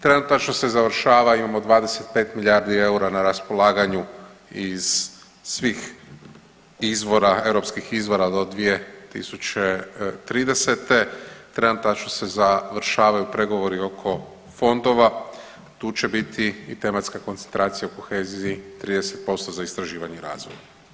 Trenutačno se završavaju, imamo 25 milijardi eura na raspolaganju iz svih izvora, europskih izvora do 2030. trenutačno se završavaju pregovori oko fondova, tu će biti i tematska koncentracija u koheziji 30% za istraživanje i razvoj.